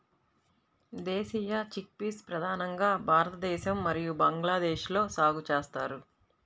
దేశీయ చిక్పీస్ ప్రధానంగా భారతదేశం మరియు బంగ్లాదేశ్లో సాగు చేస్తారు